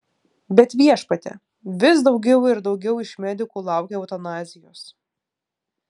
bet viešpatie vis daugiau ir daugiau iš medikų laukia eutanazijos